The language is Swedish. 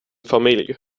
familj